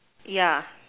yeah